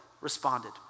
responded